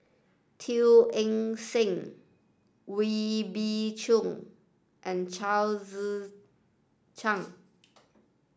Teo Eng Seng Wee Beng Chong and Chao Tzee Cheng